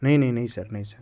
نہیں نہیں نہیں سر نہیں سر